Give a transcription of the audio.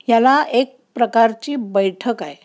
ह्याला एक प्रकारची बैठक आहे